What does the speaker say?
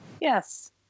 Yes